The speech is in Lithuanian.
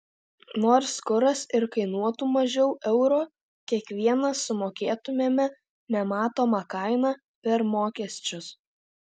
nors kuras ir kainuotų mažiau euro kiekvienas sumokėtumėme nematomą kainą per mokesčius